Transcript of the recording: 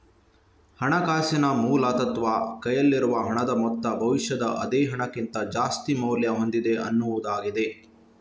ಹಣಕಾಸಿನ ಮೂಲ ತತ್ವ ಕೈಯಲ್ಲಿರುವ ಹಣದ ಮೊತ್ತ ಭವಿಷ್ಯದ ಅದೇ ಹಣಕ್ಕಿಂತ ಜಾಸ್ತಿ ಮೌಲ್ಯ ಹೊಂದಿದೆ ಅನ್ನುದಾಗಿದೆ